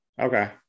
Okay